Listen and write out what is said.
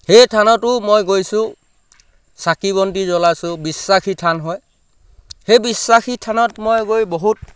সেই থানতো মই গৈছোঁ চাকি বন্তি জ্বলাছোঁ বিশ্বাসী থান হয় সেই বিশ্বাসী থানত মই গৈ বহুত